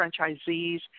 franchisees